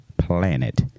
Planet